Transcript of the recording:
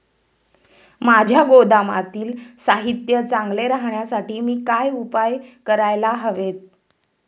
माझ्या गोदामातील साहित्य चांगले राहण्यासाठी मी काय उपाय काय करायला हवेत?